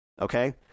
Okay